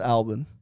Albin